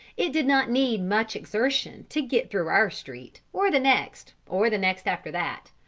it did not need much exertion to get through our street or the next, or the next after that,